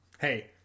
hey